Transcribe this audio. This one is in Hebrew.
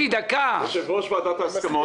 יושב-ראש ועדת ההסכמות.